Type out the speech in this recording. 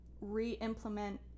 re-implement